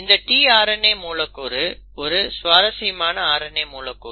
இந்த tRNA மூலக்கூறு ஒரு சுவாரசியமான RNA மூலக்கூறு